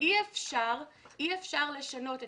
אי אפשר לשנות את המספר.